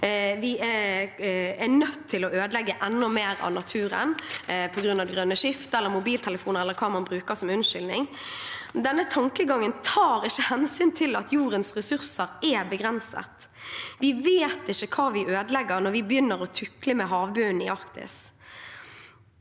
vi er nødt til å ødelegge enda mer av naturen på grunn av det grønne skiftet, på grunn av mobiltelefoner, eller hva man bruker som unnskyldning. Men denne tankegangen tar ikke hensyn til at jordens ressurser er begrensede. Vi vet ikke hva vi ødelegger når vi begynner å tukle med havbunnen i Arktis.